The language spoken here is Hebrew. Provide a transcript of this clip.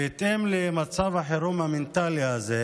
בהתאם למצב החירום המנטלי הזה,